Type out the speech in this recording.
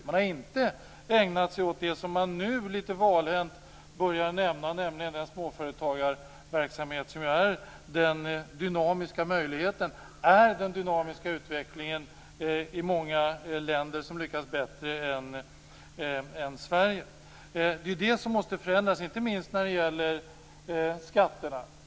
Man har inte ägnat sig åt det som man nu lite valhänt börjar nämna, nämligen den småföretagarverksamhet som står för den dynamiska utvecklingen i många länder som lyckats bättre än Det är det som måste förändras, inte minst när det gäller skatterna.